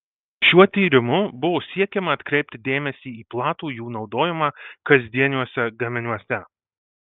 šiuo tyrimu buvo siekiama atkreipti dėmesį į platų jų naudojimą kasdieniuose gaminiuose